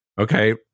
okay